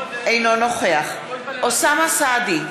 אינו נוכח אוסאמה סעדי,